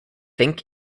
think